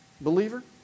believer